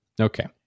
Okay